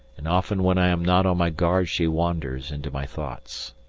and often when i am not on my guard she wanders into my thoughts.